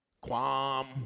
Quam